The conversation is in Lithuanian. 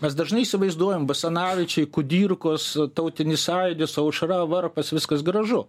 mes dažnai įsivaizduojam basanavičiai kudirkos tautinis sąjūdis aušra varpas viskas gražu